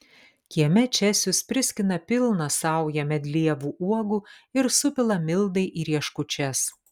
kieme česius priskina pilną saują medlievų uogų ir supila mildai į rieškučias